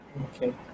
Okay